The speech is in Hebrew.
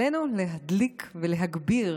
עלינו להדליק ולהגביר